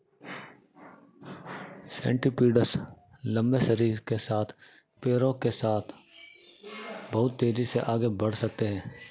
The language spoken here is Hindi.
सेंटीपीड्स लंबे शरीर के साथ पैरों के साथ बहुत तेज़ी से आगे बढ़ सकते हैं